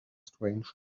strange